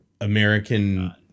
American